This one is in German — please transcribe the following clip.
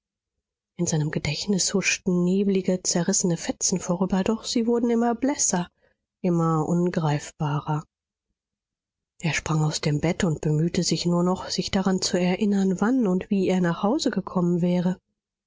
in seinem gedächtnis huschten neblige zerrissene fetzen vorüber doch sie wurden immer blässer immer ungreifbarer er sprang aus dem bett und bemühte sich nur noch sich daran zu erinnern wann und wie er nach hause gekommen wäre